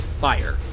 fire